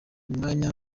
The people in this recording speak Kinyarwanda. mwanya